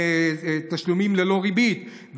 תשלומים ללא ריבית.